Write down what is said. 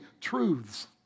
truths